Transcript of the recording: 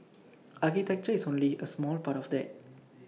architecture is only A small part of that